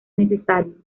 necesario